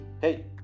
Hey